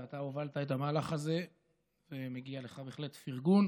ואתה הובלת את המהלך הזה ומגיע לך בהחלט פרגון